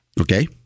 Okay